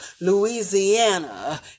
Louisiana